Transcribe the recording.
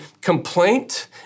complaint